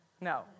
no